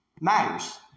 matters